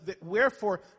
Wherefore